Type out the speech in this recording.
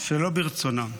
שלא ברצונם.